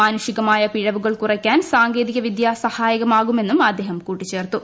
മാനുഷികമായ പിഴവുകൾ കുറയ്ക്കാൻ സാങ്കേതിക വിദ്യ സഹായകമാകുമെന്നും അദ്ദേഹം കൂട്ടിചേർത്തു